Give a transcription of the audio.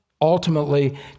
ultimately